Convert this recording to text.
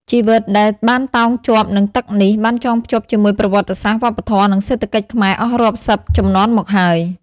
ជីវិតដែលបានតោងជាប់នឹងទឹកនេះ បានចងភ្ជាប់ជាមួយប្រវត្តិសាស្ត្រ វប្បធម៌ និងសេដ្ឋកិច្ចខ្មែរអស់រាប់សិបជំនាន់មកហើយ។